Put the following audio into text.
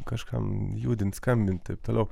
kažkam judint skambint taip toliau